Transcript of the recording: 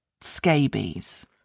scabies